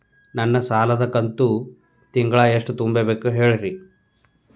ನನ್ನ ಸಾಲದ ಕಂತು ತಿಂಗಳ ಎಷ್ಟ ತುಂಬಬೇಕು ಹೇಳ್ರಿ?